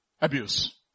abuse